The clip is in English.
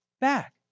back